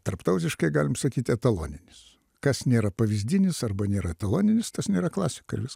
tarptautiškai galim sakyti etaloninis kas nėra pavyzdinis arba nėra etaloninis tas nėra klasika ir viskas